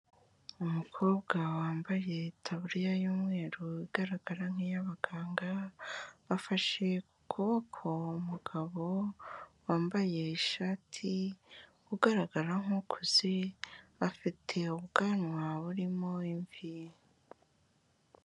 Umukobwa wambaye itaburiya y'umweru igaragara nk'iy'abaganga, afashe ku kuboko umugabo wambaye ishati ugaragara nk'ukuze, afite ubwanwa burimo imvi.